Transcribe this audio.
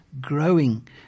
growing